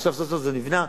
עכשיו סוף-סוף זה נבנה.